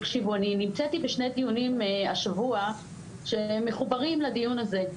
תקשיבו אני נמצאתי בשני דיונים השבוע שמחוברים לדיון הזה.